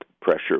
pressure